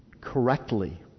correctly